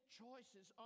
choices